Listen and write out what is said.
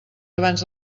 abans